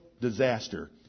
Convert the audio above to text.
disaster